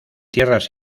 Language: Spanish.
tierras